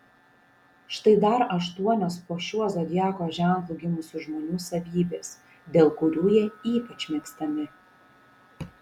štai dar aštuonios po šiuo zodiako ženklu gimusių žmonių savybės dėl kurių jie ypač mėgstami